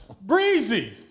breezy